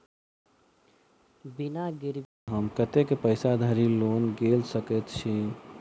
बिना गिरबी केँ हम कतेक पैसा धरि लोन गेल सकैत छी?